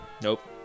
Nope